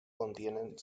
contienen